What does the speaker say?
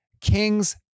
Kings